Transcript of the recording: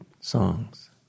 songs